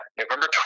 November